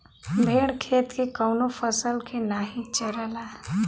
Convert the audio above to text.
भेड़ खेत के कवनो फसल के नाही चरला